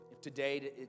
Today